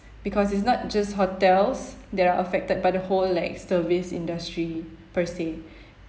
because it's not just hotels that are affected but the whole like service industry per se